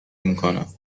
میکنم